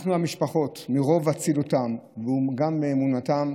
מהמשפחות, מרוב אצילותן וגם אמונתן,